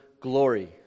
Glory